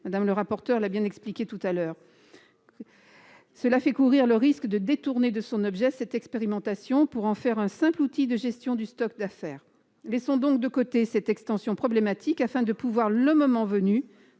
Mme le rapporteur, ce dispositif fait courir le risque de détourner de son objet cette expérimentation pour en faire un simple outil de gestion du stock d'affaires. Laissons donc de côté cette extension problématique afin de pouvoir, le moment venu,